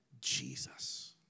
Jesus